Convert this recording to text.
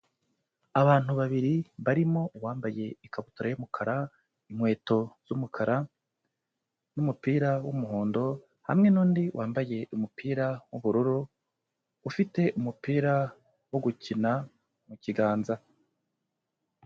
Abantu babiri barimo uwambaye ikabutura y'umukara, inkweto z'umukara n'umupira w'umuhondo hamwe n'undi wambaye umupira w'ubururu ufite umupira wo gukina mu kiganza.